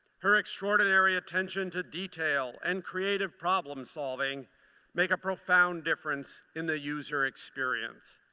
her extraordinary attention to detail and creative problem solving make a profound difference in the user experience.